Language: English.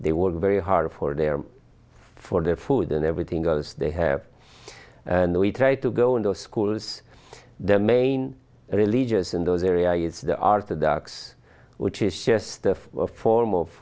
they were very hard for there for their food and everything goes they have and we try to go into schools the main religious in those area is the art of ducks which is just of form of